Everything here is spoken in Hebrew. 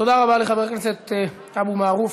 תודה רבה לחבר הכנסת אבו מערוף.